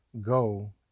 go